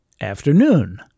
afternoon